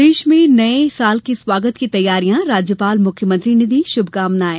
प्रदेश में नये साल के स्वागत की तैयारियां राज्यपाल मुख्यमंत्री ने दी शुभकामनायें